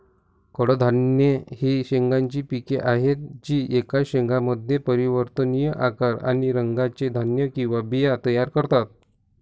कडधान्ये ही शेंगांची पिके आहेत जी एकाच शेंगामध्ये परिवर्तनीय आकार आणि रंगाचे धान्य किंवा बिया तयार करतात